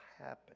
happen